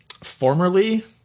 formerly